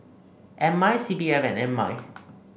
M I C P F and M I